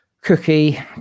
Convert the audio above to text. cookie